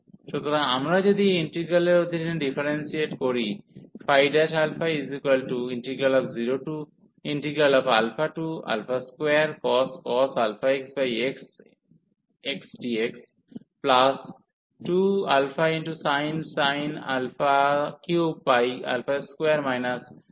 সুতরাং আমরা যদি এটি ইন্টিগ্রালের অধীনে ডিফারেন্সিয়েট করি 2cos αx xxdx2αsin 3 2 sin 2 sin αx